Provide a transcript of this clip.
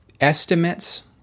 Estimates